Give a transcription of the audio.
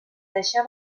deixar